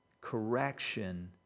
correction